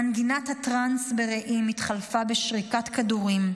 מנגינת הטראנס ברעים התחלפה בשריקת כדורים.